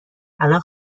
الان